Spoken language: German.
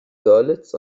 görlitz